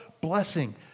blessing